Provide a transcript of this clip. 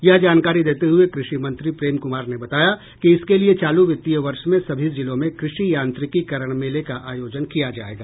यह जानकारी देते हये कृषि मंत्री प्रेम कुमार ने बताया कि इसके लिए चालू वित्तीय वर्ष में सभी जिलों में कृषि यांत्रिकीकरण मेले का आयोजन किया जायेगा